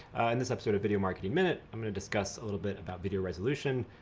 in this episode of video marketing minute, i'm gonna discuss a little bit about video resolution.